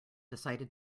decided